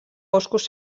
boscos